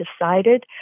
decided